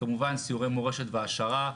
כמובן, סיורי מורשת והעשרה.